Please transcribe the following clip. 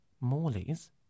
Morley's